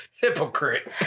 Hypocrite